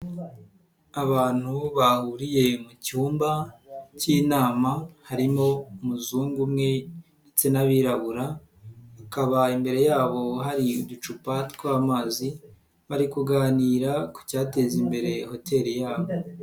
Abantu bahuriye mu cyumba k'inama harimo umuzungu umwe ndetse n'abirabura, bakaba imbere yabo hari uducupa tw'amazi bari kuganira ku cyateza imbere hoteli yabo.